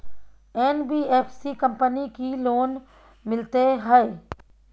NBFC company की loan मिलते है?